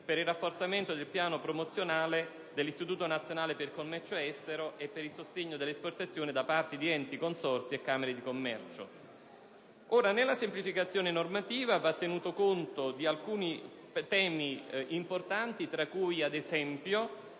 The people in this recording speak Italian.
per il rafforzamento del piano promozionale dell'Istituto nazionale per il commercio estero e per il sostegno delle esportazioni da parte di enti, consorzi e camere di commercio. Ora, nella semplificazione normativa, si deve tener conto di alcuni temi importanti tra cui, ad esempio,